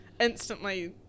instantly